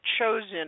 chosen